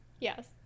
Yes